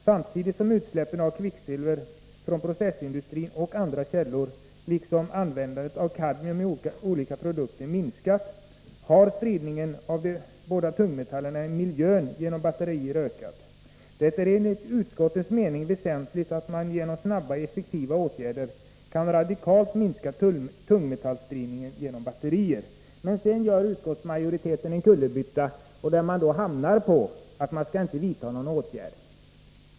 Samtidigt som utsläppen av kvicksilver från processindustrin och andra källor, liksom användandet av kadmium i olika produkter, minskat har spridningen av de båda tungmetallerna i miljön genom batterier ökat. Det är enligt utskottets mening väsentligt att man genom snabba och effektiva åtgärder kan radikalt minska tungmetallspridningen genom batterier.” Men sedan gör utskottsmajoriteten en kullerbytta och hamnar i slutsatsen att man inte skall vidta någon åtgärd.